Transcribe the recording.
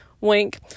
wink